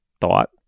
thought